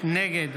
נגד